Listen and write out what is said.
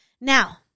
Now